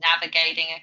navigating